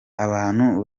abantu